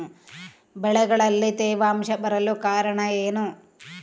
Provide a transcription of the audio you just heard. ಬೆಳೆಗಳಲ್ಲಿ ತೇವಾಂಶ ಬರಲು ಕಾರಣ ಏನು?